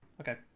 Okay